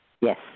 Yes